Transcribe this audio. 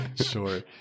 Sure